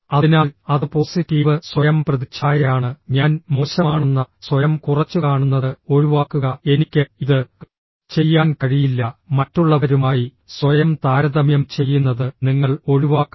അതിനാൽ അത് പോസിറ്റീവ് സ്വയം പ്രതിച്ഛായയാണ് ഞാൻ മോശമാണെന്ന സ്വയം കുറച്ചുകാണുന്നത് ഒഴിവാക്കുക എനിക്ക് ഇത് ചെയ്യാൻ കഴിയില്ല മറ്റുള്ളവരുമായി സ്വയം താരതമ്യം ചെയ്യുന്നത് നിങ്ങൾ ഒഴിവാക്കണം